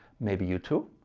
maybe you too?